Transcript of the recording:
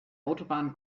autobahn